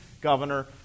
governor